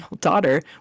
daughter